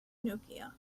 nokia